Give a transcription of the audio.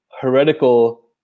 heretical